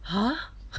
!huh!